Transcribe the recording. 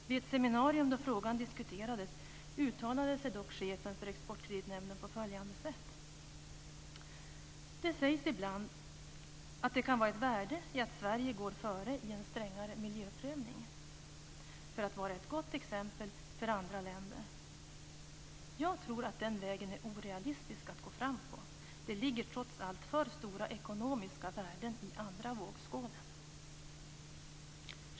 Vid ett seminarium då frågan diskuterades uttalade sig dock chefen för Exportkreditnämnden på följande sätt: "Det sägs ibland att det kan vara ett värde i att Sverige går före i en strängare miljöprövning för att vara ett gott exempel för andra länder. Jag tror att den vägen är orealistisk att gå fram på, det ligger trots allt för stora ekonomiska värden i andra vågskålen."